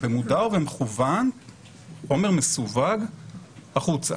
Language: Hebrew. במודע ובמכוון חומר מסווג החוצה.